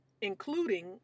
including